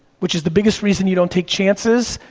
which is the biggest reason you don't take chances,